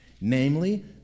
namely